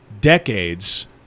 decades